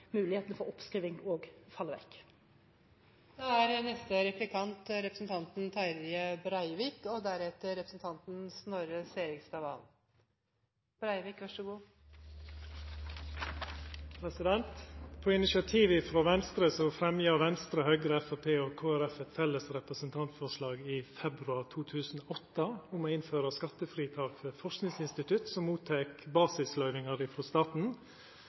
mulighetene for oppskriving da faller bort. På initiativ frå Venstre fremja Venstre, Høgre, Framstegspartiet og Kristeleg Folkeparti eit felles representantforslag i februar 2008 om å innføra skattefritak for forskingsinstitutt som mottek basisløyvingar frå staten.